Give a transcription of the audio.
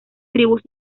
tribus